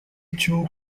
cy’uko